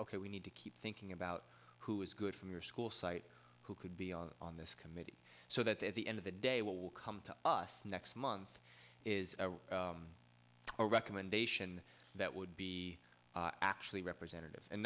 ok we need to keep thinking about who is good from your school site who could be on this committee so that at the end of the day what will come to us next month is a recommendation that would be actually representative and